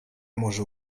może